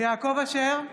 יעקב אשר,